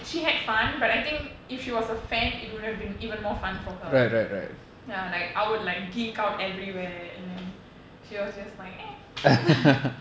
she had fun but I think if she was a fan it would have been even more fun for her ya like I would like geek out everywhere and then she was just like eh